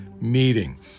meeting